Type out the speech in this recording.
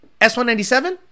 S197